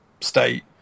state